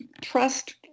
trust